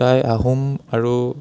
টাই আহোম আৰু